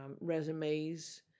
resumes